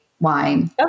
wine